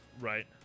Right